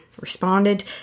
responded